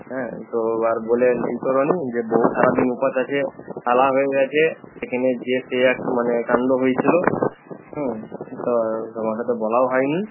হ্যাঁ তো আর বলে ই করো নি যে বৌ সারাদিন উপাস আছে কালা হয়ে গেছে সেখেনে যেয়ে সে এক মানে কান্ড হইছিলো তা তোমাকে তো বলাও হয় নি